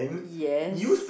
yes